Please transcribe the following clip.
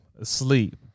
asleep